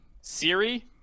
Siri